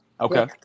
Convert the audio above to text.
Okay